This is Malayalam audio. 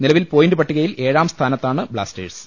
നില വിൽ പോയിന്റ് പട്ടികയിൽ ഏഴാം സ്ഥാനത്താണ് ബ്ലാസ്റ്റേഴ്സ്